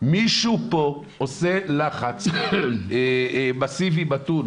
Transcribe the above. מישהו פה עושה לחץ פיזי מתון